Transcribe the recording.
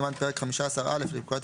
"הוראות סימן פרק חמישה עשר א' לפקודת